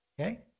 Okay